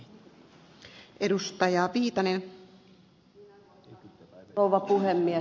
arvoisa rouva puhemies